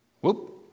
Whoop